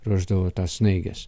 ruošdavau tas snaiges